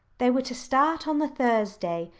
they were to start on the thursday,